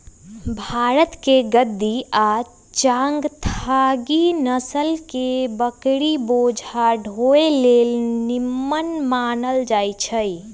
भारतके गद्दी आ चांगथागी नसल के बकरि बोझा ढोय लेल निम्मन मानल जाईछइ